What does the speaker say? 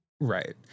Right